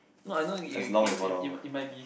no I know you it it it might be